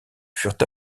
furent